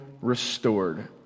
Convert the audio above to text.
restored